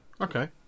okay